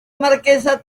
marquesa